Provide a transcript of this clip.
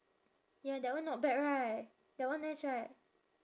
ya that one not bad right that one nice right